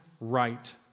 right